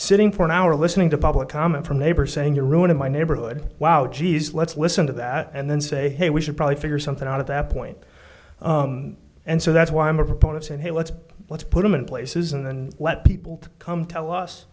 sitting for an hour listening to public comment from neighbors saying you're ruining my neighborhood wow geez let's listen to that and then say hey we should probably figure something out at that point and so that's why i'm a proponent saying hey let's let's put them in places and then let people come tell us